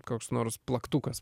koks nors plaktukas